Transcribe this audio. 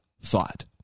thought